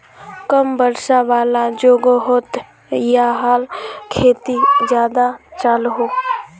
कम वर्षा वाला जोगोहोत याहार खेती ज्यादा चलोहो